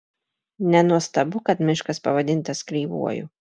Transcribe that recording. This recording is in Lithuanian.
nenuostabu kad miškas pavadintas kreivuoju